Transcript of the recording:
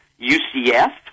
UCF